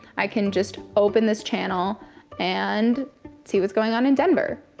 i can just open this channel and see what's going on in denver.